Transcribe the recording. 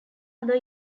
other